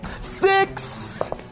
Six